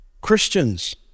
christians